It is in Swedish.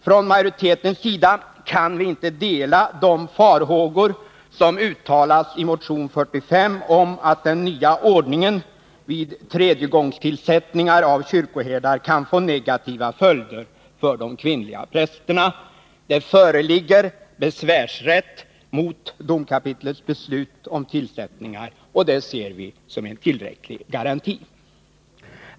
Från majoritetens sida kan vi inte dela de farhågor som uttalas i motion 45 om att den nya ordningen vid tredjegångstillsättningar av kyrkoherdar kan få negativa följder för de kvinnliga prästerna. Besvärsrätt föreligger mot domkapitlets beslut om tillsättningar, och det ser vi som en tillräcklig garanti.